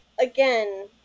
again